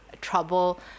trouble